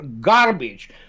garbage